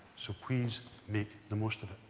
so please make the most of it.